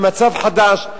במצב חדש,